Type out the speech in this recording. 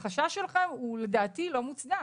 לדעתי החשש שלכם לא מוצדק.